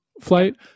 flight